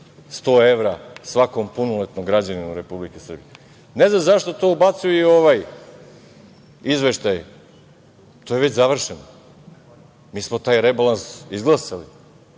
100 evra svakom punoletnom građaninu Republike Srbije. Ne znam zašto to ubacuje i ovaj izveštaj, to je već završeno. Mi smo taj rebalans izglasali.